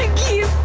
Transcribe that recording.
kid